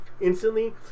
Instantly